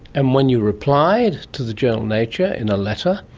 and when you replied to the journal nature in a letter,